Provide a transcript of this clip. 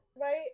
right